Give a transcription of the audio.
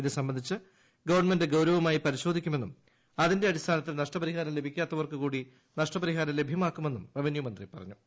ഇത് സംബന്ധിച്ച് ഗവൺമെന്റ് ഗൌരവ മായി പരിശോധിക്കുമെന്നും അതിന്റെ അടിസ്ഥാനത്തിൽ നഷ്ടപരിഹാരം ലഭിക്കാത്തവർക്ക് കൂടി നഷ്ടപരിഹാരം ലഭ്യമാക്കുമെന്നും റവന്യൂമന്ത്രി പറഞ്ഞു